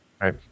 Right